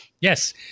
Yes